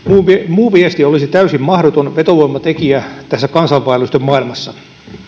muu viesti olisi täysin mahdoton vetovoimatekijä tässä kansainvaellusten maailmassa